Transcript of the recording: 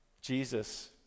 Jesus